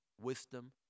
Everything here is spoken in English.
wisdom